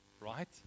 Right